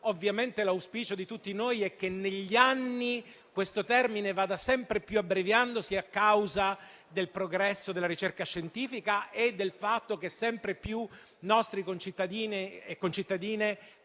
ovviamente l'auspicio di tutti noi è che negli anni questo termine vada sempre più abbreviandosi grazie al progresso della ricerca scientifica e al fatto che sempre più nostri concittadini e concittadine